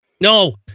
No